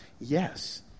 yes